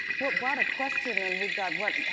what what a question. and we've got, what?